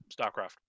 Starcraft